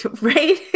Right